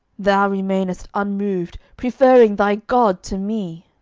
thou remainedst unmoved, preferring thy god to me!